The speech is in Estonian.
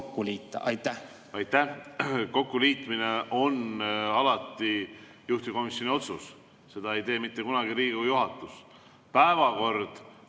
Aitäh,